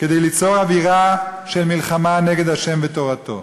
כדי ליצור אווירה של מלחמה נגד ה' ותורתו.